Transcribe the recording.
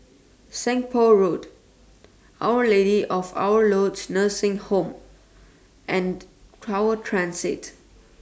Seng Poh Road Our Lady of Lourdes Nursing Home and Tower Transit